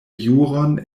juron